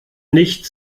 nicht